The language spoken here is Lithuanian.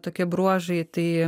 tokie bruožai tai